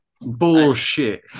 Bullshit